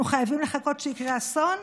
אנחנו חייבים לחכות שיקרה אסון?